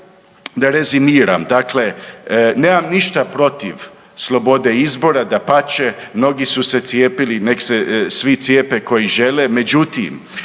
da rezimiram. Dakle, nemam ništa protiv slobode izbora, dapače, mnogi su se cijepili, nek se svi cijepe koji žele, međutim